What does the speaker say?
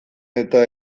eta